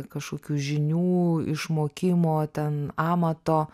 kažkokių žinių išmokimo ten amato